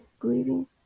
bleeding